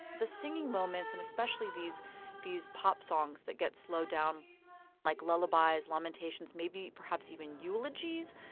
the singing moments and especially these these pop songs that get slowed down like lullabies, lamentations, maybe perhaps even eulogies,